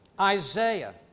Isaiah